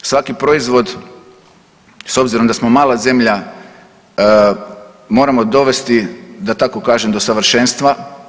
Svaki proizvod s obzirom da smo mala zemlja moramo dovesti da tako kažem do savršenstva.